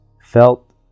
felt